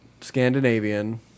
Scandinavian